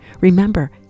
Remember